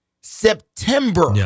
September